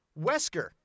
Wesker